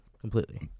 Completely